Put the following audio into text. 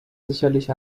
sicherlich